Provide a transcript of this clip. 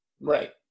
Right